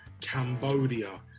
Cambodia